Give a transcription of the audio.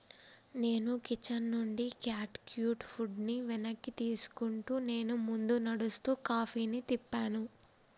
నేను కిచెన్ నుండి cat cute ఫుడ్ని వెనక్కి తీసుకుంటూ నేను ముందు నడుస్తూ కాఫీని తిప్పాను